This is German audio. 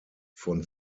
von